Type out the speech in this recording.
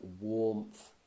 warmth